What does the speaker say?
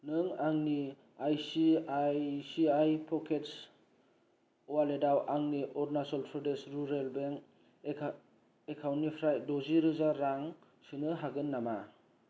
नों आंनि I C I C I pockets अवालेटाव आंनि अरुणाचल प्रदेश रुरेल बेंक एकाउन्टनिफ्राय द'जि रोजा रां सोनो हागोन नामा